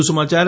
વધુ સમાચાર